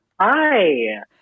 Hi